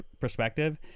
perspective